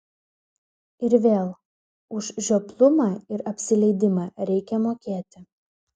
ir vėl už žioplumą ir apsileidimą reikia mokėti